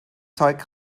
zeug